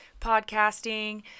podcasting